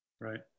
Right